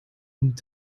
und